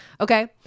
Okay